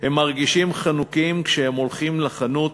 הם מרגישים חנוקים, כשהם הולכים לחנות